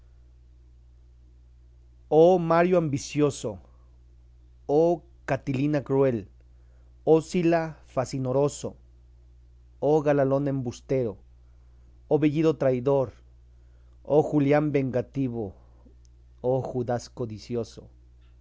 oh mario ambicioso oh catilina cruel oh sila facinoroso oh galalón embustero oh vellido traidor oh julián vengativo oh judas codicioso